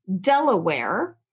Delaware